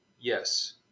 Yes